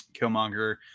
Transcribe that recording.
Killmonger